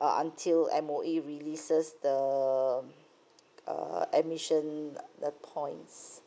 uh until M_O_E releases the uh admission uh the points